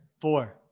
Four